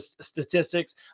statistics